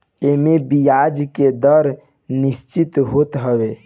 एमे बियाज के दर निश्चित होत हवे